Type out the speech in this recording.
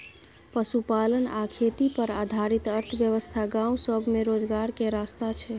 पशुपालन आ खेती पर आधारित अर्थव्यवस्था गाँव सब में रोजगार के रास्ता छइ